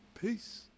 Peace